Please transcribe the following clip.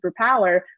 superpower